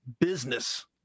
business